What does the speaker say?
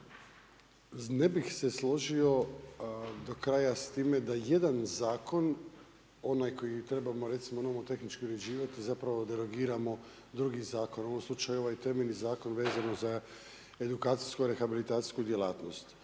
ne bih se složio do kraja s time da jedan zakon onaj koji trebamo recimo nomotehnički uređivati zapravo derogiramo drugi zakon. U ovom slučaju ovaj temeljni zakon vezano za edukacijskoj rehabilitacijsku djelatnost.